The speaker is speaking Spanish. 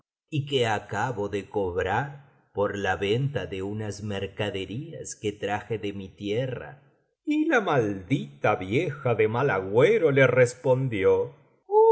y que acabo de cobrar por la venta de unas mercaderías que traje de mi tierra y la maldita vieja de mal agüero le respondió